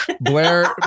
Blair